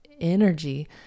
energy